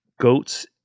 goats